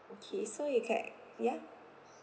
okay so you can ya